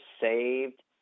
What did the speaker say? saved